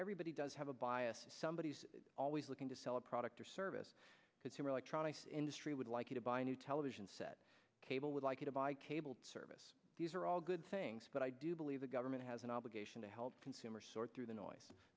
everybody does have a bias somebody is always looking to sell a product or service consumer electronics industry would like you to buy a new television set cable would like you to buy cable service these are all good things but i do believe the government has an obligation to help consumers sort through the noise